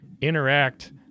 interact